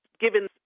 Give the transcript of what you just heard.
given